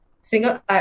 single